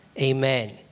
amen